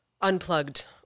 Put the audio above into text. unplugged